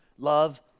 love